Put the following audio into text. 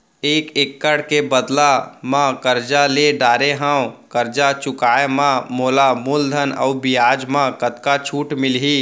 एक एक्कड़ के बदला म करजा ले डारे हव, करजा चुकाए म मोला मूलधन अऊ बियाज म कतका छूट मिलही?